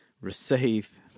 receive